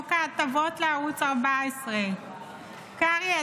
חוק ההטבות לערוץ 14. קרעי,